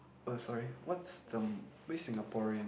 oh sorry what's the which Singaporean